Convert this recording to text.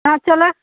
हाँ चला